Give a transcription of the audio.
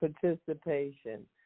participation